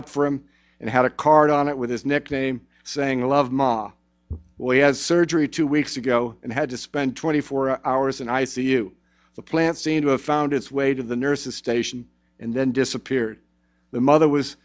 up for him and had a card on it with his nickname saying love mom well he had surgery two weeks ago and had to spend twenty four hours in i c u the plant seemed to have found its way to the nurse's station and then disappeared the mother was